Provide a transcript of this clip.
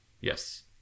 Yes